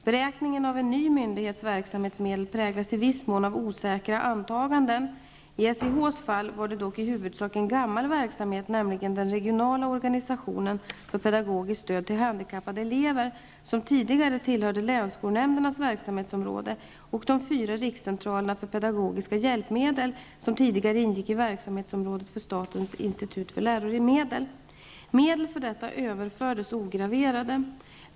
Beräkningen av en ny myndighets verksamhetsmedel präglas i viss mån av osäkra antaganden. I SIHs fall var det dock i huvudsak en gammal verksamhet, nämligen den regionala organisationen för pedagogiskt stöd till handikappade elever, som tidigare tillhörde länsskolnämndernas verksamhetsområde, och de fyra rikscentralerna för pedagogiska hjälpmedel, som tidigare ingick i verksamhetsområdet för statens institut för läromedel. Medel för detta överfördes ograverade.